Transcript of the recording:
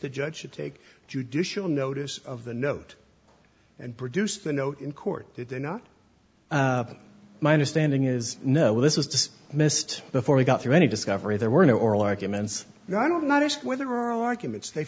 the judge should take judicial notice of the note and produce the note in court did they not my understanding is no this is missed before we got through any discovery there were no oral arguments and i don't know just whether or arguments they